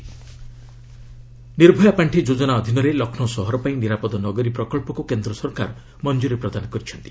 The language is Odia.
ଏମ୍ଏଚ୍ଏ ଲକ୍ଷ୍ରୌ ନିର୍ଭୟା ପାଣ୍ଡି ଯୋଜନା ଅଧୀନରେ ଲକ୍ଷ୍ମୌ ସହରପାଇଁ ନିରାପଦ ନଗରୀ ପ୍ରକଚ୍ଚକୁ କେନ୍ଦ୍ର ସରକାର ମଞ୍ଜୁରୀ ପ୍ରଦାନ କରିଛନ୍ତି